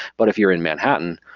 but if you're in manhattan,